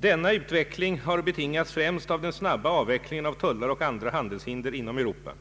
Denna utveckling har betingats främst av den snabba avvecklingen av tullar och andra handelshinder inom Europa